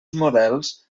models